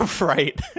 Right